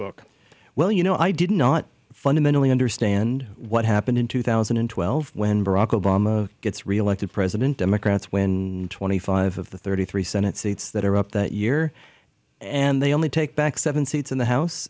book well you know i did not fundamentally understand what happened in two thousand and twelve when barack obama gets reelected president democrats win twenty five of the thirty three senate seats that are up that year and they only take back seven seats in the house